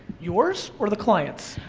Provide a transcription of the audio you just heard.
yours or the clients'?